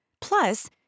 Plus